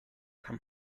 come